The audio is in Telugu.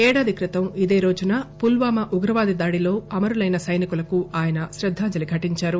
ఏడాది క్రితం ఇదేరోజున పుల్వామా ఉగ్రవాద దాడిలో అమరులైన సైనికులకు ఆయన క్రద్దాంజలి ఘటించారు